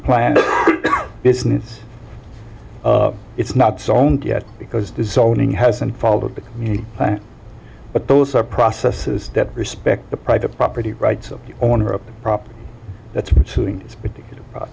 planned business it's not so owned yet because disowning hasn't followed the community but those are processes that respect the private property rights of the owner of the proper